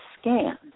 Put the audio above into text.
scan